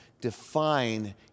define